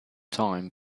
time